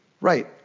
right